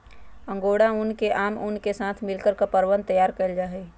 angora ऊन के आम ऊन के साथ मिलकर कपड़वन तैयार कइल जाहई